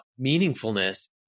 meaningfulness